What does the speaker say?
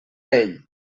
ell